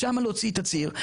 משם להוציא את הציר,